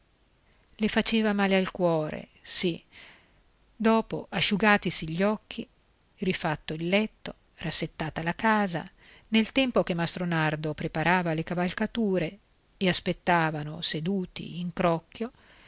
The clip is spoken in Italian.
le faceva male al cuore sì dopo asciugatisi gli occhi rifatto il letto rassettata la casa nel tempo che mastro nardo preparava le cavalcature e aspettavano seduti in crocchio